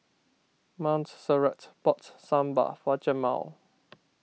Montserrat bought Sambar for Jamaal